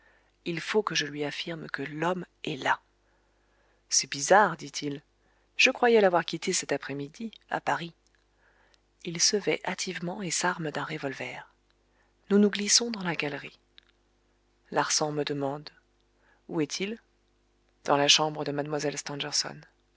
il faut que je lui affirme que l'homme est là c'est bizarre dit-il je croyais l'avoir quitté cet aprèsmidi à paris il se vêt hâtivement et s'arme d'un revolver nous nous glissons dans la galerie larsan me demande où est-il dans la chambre de